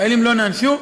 חיילים לא נענשו.